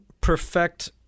perfect